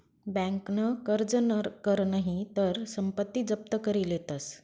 बँकन कर्ज कर नही तर संपत्ती जप्त करी लेतस